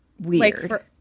weird